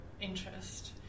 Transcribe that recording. interest